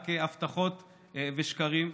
רק הבטחות ושקרים.